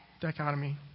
dichotomy